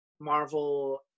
Marvel